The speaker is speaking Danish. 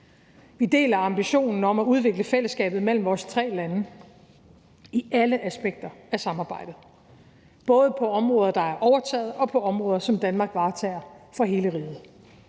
Vi deler ambitionen om at udvikle fællesskabet mellem vores tre lande i alle aspekter af samarbejdet, både på områder, der er overtaget, og på områder, som Danmark varetager for hele riget